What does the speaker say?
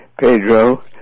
Pedro